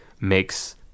makes